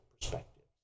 perspectives